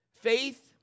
Faith